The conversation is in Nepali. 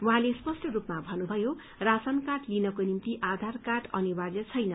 उहाँले स्पष्ट रूपमा भन्नुभयो राशन कार्ड लिनको निम्ति आधार कार्ड अनिवार्य छैन